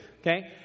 okay